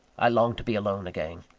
i longed to be alone again.